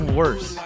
worse